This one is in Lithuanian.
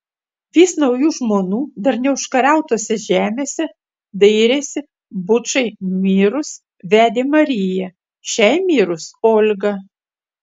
vis naujų žmonų dar neužkariautose žemėse dairėsi bučai mirus vedė mariją šiai mirus olgą